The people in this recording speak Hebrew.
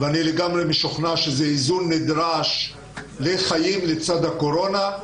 ואני לגמרי משוכנע שזה איזון נדרש לחיים לצד הקורונה,